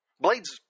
blade's